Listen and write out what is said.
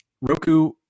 Roku